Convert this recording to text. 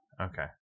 Okay